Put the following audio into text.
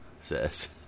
Says